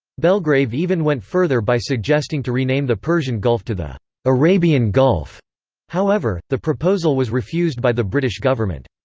belgrave even went further by suggesting to rename the persian gulf to the arabian gulf however, the proposal was refused by the british government.